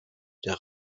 der